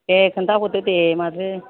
दे खोन्था हरदो दे माथो